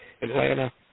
Atlanta